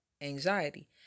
anxiety